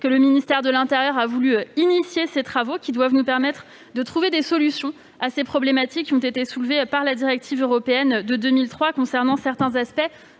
que le ministère de l'intérieur a voulu engager ces travaux, qui doivent nous permettre de trouver des solutions aux problématiques soulevées par la directive européenne de 2003 concernant certains aspects